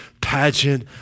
pageant